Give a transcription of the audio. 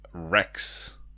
Rex